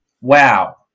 Wow